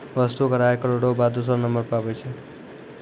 वस्तु कर आय करौ र बाद दूसरौ नंबर पर आबै छै